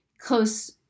close